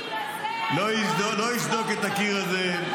בקיר הזה ----- לא יסדוק את הקיר הזה,